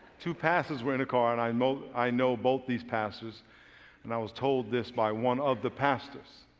two pastors were in a car and i know i know both these pastors and i was told this by one of the pastors.